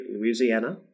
Louisiana